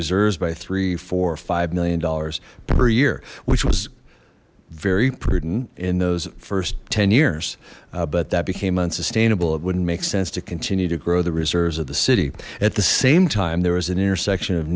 reserves by three four five million dollars per year which was very prudent in those first ten years but that became unsustainable it wouldn't make sense to continue to grow the reserves of the city at the same time there was an intersection of